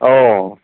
অঁ